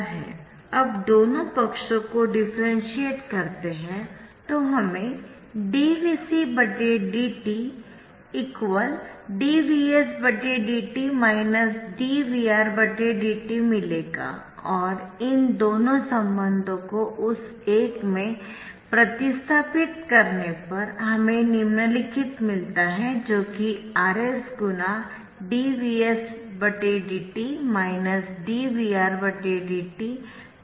अब दोनों पक्षों को डिफ्रेंशिएट करते है तो हमें dVcdt dVsdt dVRdt मिलेगा और इन दोनों संबंधों को उस एक में प्रतिस्थापित करने पर हमें निम्नलिखित मिलता है जो कि RC × dVsdt dVRdt Vs VR Vs है